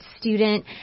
student